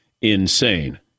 insane